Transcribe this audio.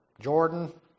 Jordan